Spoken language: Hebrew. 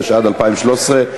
התשע"ד 2013,